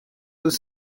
deux